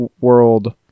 world